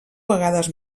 vegades